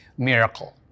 Miracle